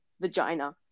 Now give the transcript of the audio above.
vagina